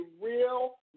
real